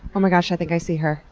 ohmygosh, i think i see her.